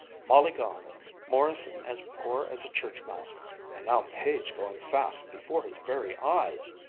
molly gone morrison as poor as a church mouse and now page going fast before his very eyes